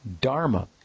Dharma